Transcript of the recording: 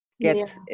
get